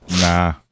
Nah